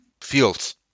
fields